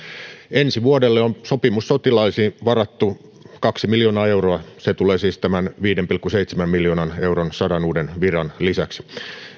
ensi vuodelle on sopimussotilaisiin varattu kaksi miljoonaa euroa se tulee siis tämän viiden pilkku seitsemän miljoonan euron sadan uuden viran lisäksi